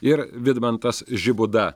ir vidmantas žibūda